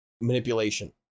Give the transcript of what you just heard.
manipulation